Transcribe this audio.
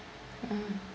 ah